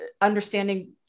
understanding